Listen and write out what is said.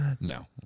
No